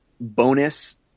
bonus